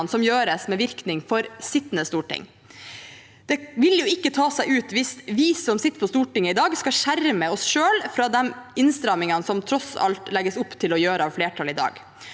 som gjøres med virkning for sittende storting. Det vil jo ikke ta seg ut hvis vi som sitter på Stortinget i dag, skal skjerme oss selv fra de innstrammingene som flertallet i dag tross alt legger opp til å gjøre. Jeg